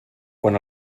quan